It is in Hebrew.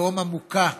תהום עמוקה,